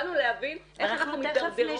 באנו להבין איך אנחנו מדרדרות.